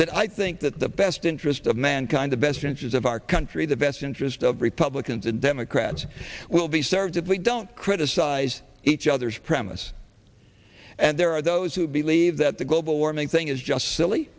that i think that the best interest of mankind the best interest of our country the best interest of republicans and democrats will be served if we don't criticize each other's premise and there are those who believe that the global warming thing is just silly